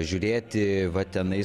žiūrėti va tenai